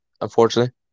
unfortunately